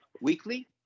weekly